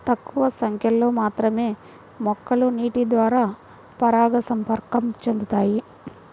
తక్కువ సంఖ్యలో మాత్రమే మొక్కలు నీటిద్వారా పరాగసంపర్కం చెందుతాయి